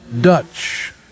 Dutch